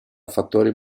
fattori